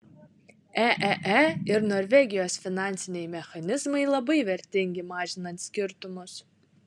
eee ir norvegijos finansiniai mechanizmai labai vertingi mažinant skirtumus